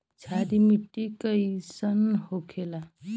क्षारीय मिट्टी कइसन होखेला?